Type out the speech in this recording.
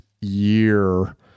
year